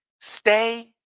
Stay